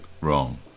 wrong